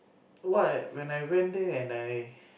what when I went there and I